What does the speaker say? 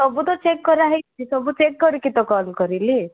ସବୁତ ଚେକ୍ କରାହେଇଛି ସବୁ ଚେକ୍ କରିକି ତ କଲ୍ କରିଲି